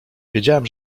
wiedziałem